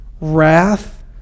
wrath